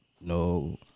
No